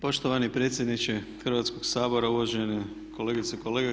Poštovani predsjedniče Hrvatskog sabora, uvažene kolegice i kolege.